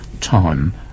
time